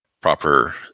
proper